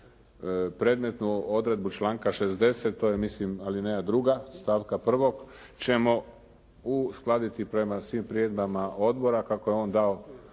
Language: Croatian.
predmetnu odredbu članka 60. to je mislim alineja 2. stavka 1. ćemo uskladiti prema svim primjedbama odbora kako je on dao